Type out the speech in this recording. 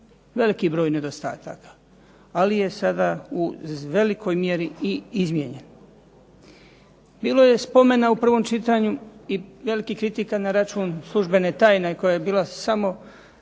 veliki broj nedostataka, ali je sada u velikoj mjeri i izmijenjen. Bilo je spomena u prvom čitanju i velikih kritika na račun službene tajne koja je bila samo